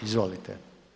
Izvolite.